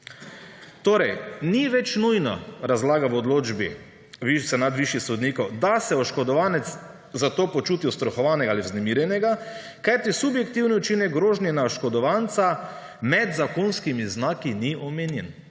Torej ni več nujno, razlaga v odločbi senat višjih sodnikov, da se oškodovanec za to počuti ustrahovanega ali vznemirjenega, kajti subjektivni učinek grožnje na oškodovanca med zakonskimi znaki ni omenjen.